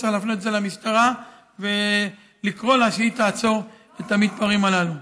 צריך להפנות את זה למשטרה ולקרוא לה שהיא תעצור את המתפרעים הללו.